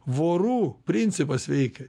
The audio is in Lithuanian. vorų principas veikia